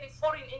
foreign